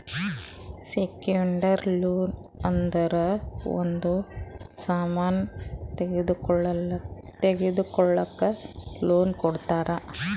secured loan ಅಂದುರ್ ಒಂದ್ ಸಾಮನ್ ತಗೊಳಕ್ ಲೋನ್ ಕೊಡ್ತಾರ